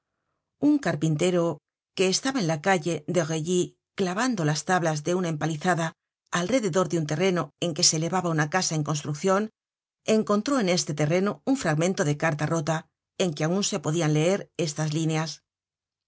un carpintero que estaba en la calle de reuilly clavando las tablas de una empalizada alrededor de un terreno en que se elevaba una casa en construccion encontró en este terreno un fragmento de carta rota en que aun se podian leer estas líneas